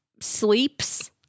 sleeps